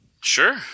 Sure